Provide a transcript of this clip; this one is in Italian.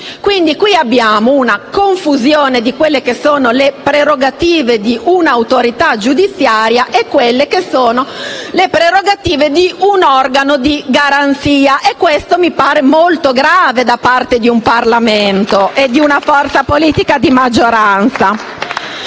Quindi, si crea qui una confusione tra le prerogative di una autorità giudiziaria e le prerogative di un organo di garanzia; questo mi pare molto grave da parte di un Parlamento e di una forza politica di maggioranza.